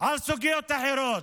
על סוגיות אחרות.